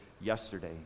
yesterday